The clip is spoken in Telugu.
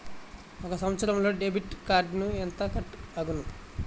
ఒక సంవత్సరంలో డెబిట్ కార్డుకు ఎంత కట్ అగును?